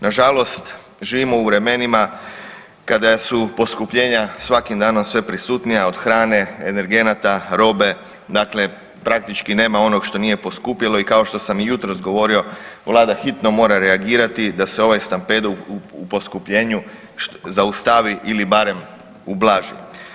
Nažalost, živimo u vremenima kada su poskupljenja svakim danom sve prisutnija od hrane, energenata, robe dakle praktički nema onog što nije poskupilo i kao što sam i jutros govorio vlada hitno mora reagirati da se ovaj stampedo u poskupljenju zaustavi ili barem ublaži.